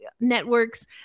Networks